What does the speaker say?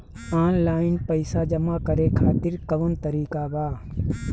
Online पइसा जमा करे खातिर कवन तरीका बा?